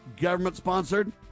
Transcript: government-sponsored